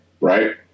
Right